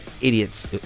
idiots